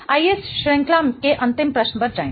आइए इस श्रृंखला के अंतिम प्रश्न पर जाएं